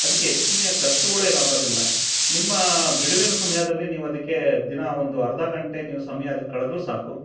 ಅದಕ್ಕೆ ಹೆಚ್ಚಿನ ಖರ್ಚುಗಳೇನು ಆಗೋದಿಲ್ಲ ನಿಮ್ಮ ಬಿಡುವಿನ ಸಮಯದಲ್ಲೇ ನೀವು ಅದಕ್ಕೆ ದಿನಾ ಒಂದು ಅರ್ಧ ಗಂಟೆ ನೀವು ಸಮಯ ಅದಕ್ಕೆ ಕಳೆದ್ರೂ ಸಾಕು